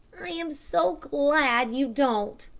i am so glad you don't,